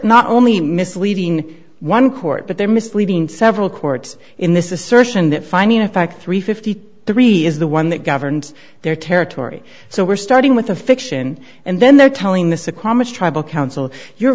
not only misleading one court but they're misleading several courts in this is certain that finding of fact three fifty three is the one that governs their territory so we're starting with a fiction and then they're telling this a comic tribal council you